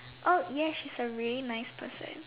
oh yes she's a really nice person